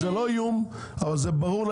זה לא איום, אבל זה ברור.